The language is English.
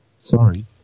sorry